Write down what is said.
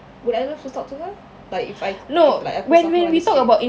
would I love to talk to her but if I know like aku someone sikit